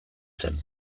zen